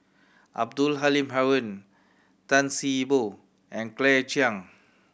Abdul Halim Haron Tan See Boo and Claire Chiang